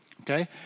Okay